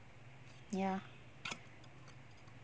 ya